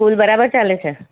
school બરાબર ચાલે છે